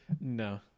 No